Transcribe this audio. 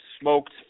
smoked